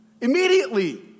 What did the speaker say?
immediately